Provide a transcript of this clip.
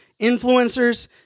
influencers